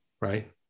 right